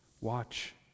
Watch